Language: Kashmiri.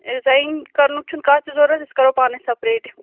رِزایِٰن کَرٕنُک چھُنہٕ کانٛہہ تہِ ضروٗرت أسۍ کَرہوٗکھ پانے سیٚپیریٚٹ یِم